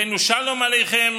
הבאנו שלום עליכם,